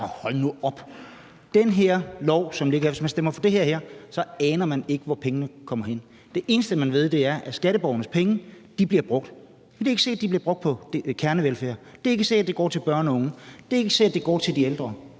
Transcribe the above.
hold nu op! Hvis man stemmer for det lovforslag, der ligger her, aner man ikke, hvor pengene kommer hen. Det eneste, man ved, er, at skatteborgernes penge bliver brugt. Men det er ikke sikkert, at de bliver brugt på kernevelfærd; det er ikke sikkert, at de går til børn og unge; det er ikke sikkert, at de går til de ældre.